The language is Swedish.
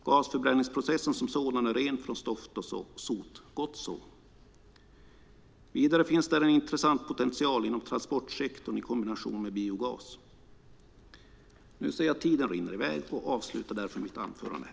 Gasförbränningsprocessen som sådan är ren från stoft och sot. Gott så! Vidare finns där en intressant potential inom transportsektorn, i kombination med biogas. Jag ser att tiden rinner i väg och avslutar därför mitt anförande här.